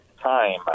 time